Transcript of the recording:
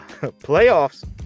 playoffs